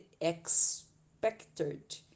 expected